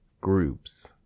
groups